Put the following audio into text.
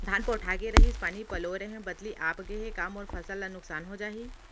धान पोठागे रहीस, पानी पलोय रहेंव, बदली आप गे हे, का मोर फसल ल नुकसान हो जाही?